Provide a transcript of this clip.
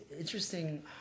interesting